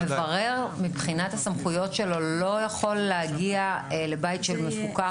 המברר מבחינת הסמכויות שלו לא יכול להגיע לבית של מפוקח?